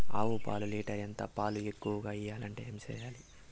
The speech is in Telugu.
ఆవు పాలు లీటర్ ఎంత? పాలు ఎక్కువగా ఇయ్యాలంటే ఏం చేయాలి?